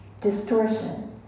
distortion